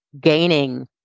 gaining